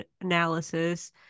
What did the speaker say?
analysis